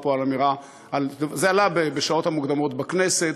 זה עלה בשעות המוקדמות בכנסת,